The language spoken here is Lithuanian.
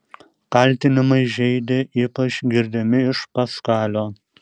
kaltinimai žeidė ypač girdimi iš paskalio